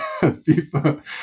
FIFA